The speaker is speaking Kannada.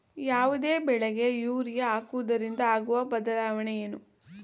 ಯಾವುದೇ ಬೆಳೆಗೆ ಯೂರಿಯಾ ಹಾಕುವುದರಿಂದ ಆಗುವ ಬದಲಾವಣೆ ಏನು?